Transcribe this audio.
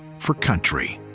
for country.